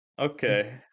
Okay